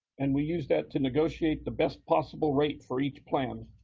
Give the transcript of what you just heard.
and we use that to negotiate the best possible rate for each plan.